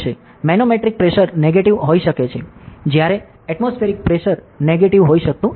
manometric pressure negative હોઈ શકે છે જ્યારે એટમોસ્ફિએરિક પ્રેશર નેગેટીવ હોઈ શકતું નથી